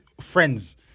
friends